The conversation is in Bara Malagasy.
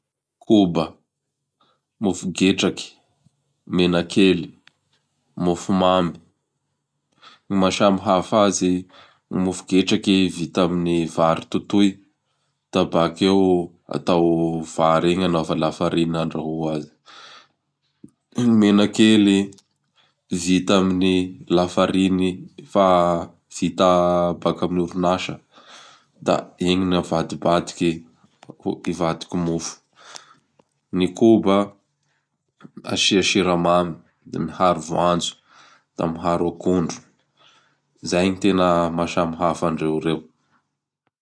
Koba, Mofo gedraky, Menakely, Mofo mamy. Ny maha samihafaha azy; ny mofo getraky vita am vary totoy da bakeo atao vary igny anaova la farine andrahoa azy; ny menakely vita am la fariny fa vita baka am orinasa da igny gn'avadibakidy hivadiky mofo; ny koba asia siramamy, d miaharo voanjo, da miharo akondro, zay gny tena mahasamifaha andreo reo.